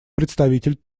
представитель